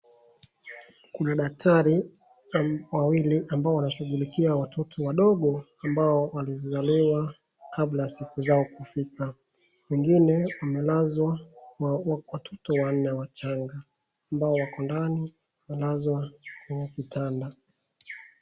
Kuna daktari wawili ambao wanashughulikia watoto wadogo ambao walizaliwa kabla ya siku zao kufika. Wengine wamelazwa watoto wanne wachanga ambao wako ndani walazwa kwenye kitanda.